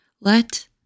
Let